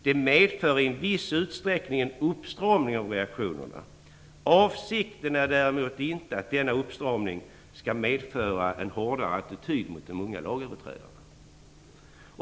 De medför i en viss utsträckning en uppstramning av reaktionerna. Avsikten är däremot inte att denna uppstramning skall medföra en hårdare attityd mot de unga lagöverträdarna."